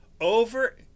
over